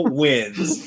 wins